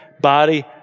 body